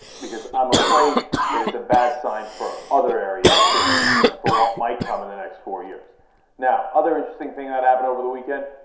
because i'm afraid that is a bad sign for other areas too and for what might come in the next four years now other interesting thing out but over the weekend